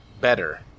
better